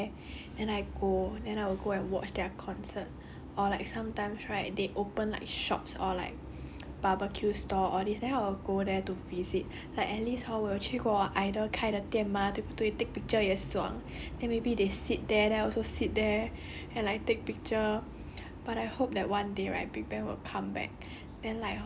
eh not leh I go there right for me right I'll make sure that they have a concert there then I go then I will go and watch their concert or like sometimes right they open like shops or like barbecue store all these then I'll go there to visit like at least hor 我有去过 either kind of 店 mah 对不对 take picture 也爽 then maybe they sit there then I also sit there